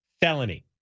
felony